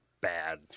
bad